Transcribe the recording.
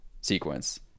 sequence